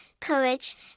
courage